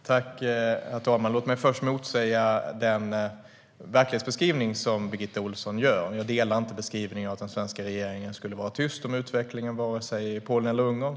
Herr talman! Låt mig först motsäga den verklighetsbeskrivning som Birgitta Ohlsson gör. Jag delar inte beskrivningen av att den svenska regeringen skulle vara tyst om utvecklingen i vare sig Polen eller Ungern.